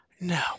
No